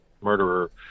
murderer